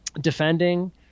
defending